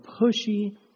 pushy